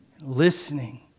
listening